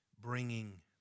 bringing